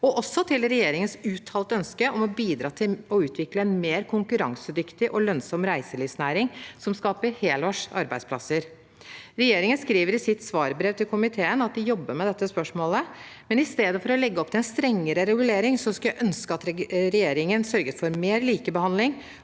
også til regjeringens uttalte ønske om å bidra til å utvikle en mer konkurransedyktig og lønnsom reiselivsnæring som skaper helårs arbeidsplasser. Regjeringen skriver i sitt svarbrev til komiteen at de jobber med dette spørsmålet, men i stedet for å legge opp til en strengere regulering skulle jeg ønske at regjeringen sørget for mer likebehandling,